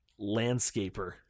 landscaper